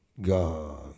God